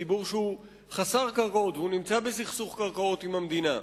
ציבור שהוא חסר קרקעות ונמצא בסכסוך על קרקעות עם המדינה.